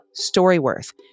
StoryWorth